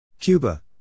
Cuba